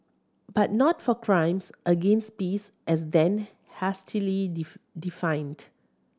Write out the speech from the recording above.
but not for crimes against peace as then hastily defined